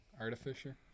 Artificer